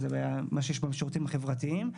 זה מה שיש בשירותים החברתיים.